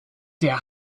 der